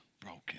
broken